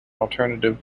alternative